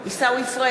בעד יואב בן